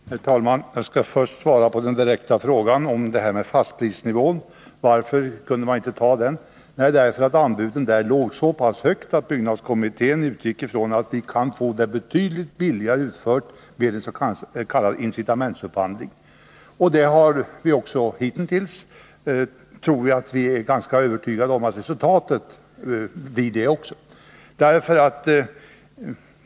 Herr talman! Jag skall först svara på den direkta frågan om fastprisnivån. Varför kunde man inte ta ett fast pris? Det kunde man inte därför att anbuden låg så högt att byggnadskommittén utgick ifrån att vi kan få ombyggnaden betydligt billigare utförd vid s.k. incitamentsupphandling. Jag tror vi är ganska övertygade om att resultatet blir det också.